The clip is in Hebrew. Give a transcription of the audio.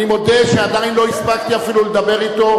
אני מודה שעדיין לא הספקתי אפילו לדבר אתו,